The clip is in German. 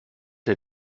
der